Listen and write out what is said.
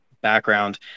background